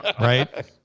Right